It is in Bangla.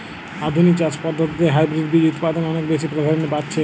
আধুনিক চাষ পদ্ধতিতে হাইব্রিড বীজ উৎপাদন অনেক বেশী প্রাধান্য পাচ্ছে